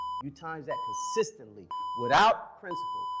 you times that consistently without principle,